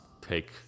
take